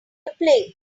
plague